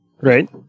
right